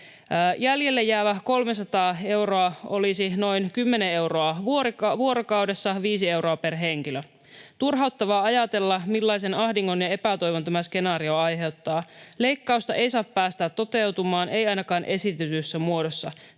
Jäljelle jäävä 300 euroa olisi noin kymmenen euroa vuorokaudessa, viisi euroa per henkilö. Turhauttavaa ajatella, millaisen ahdingon ja epätoivon tämä skenaario aiheuttaa. Leikkausta ei saa päästää toteutumaan, ei ainakaan esitetyssä muodossa.